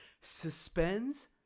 Suspends